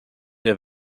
der